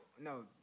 No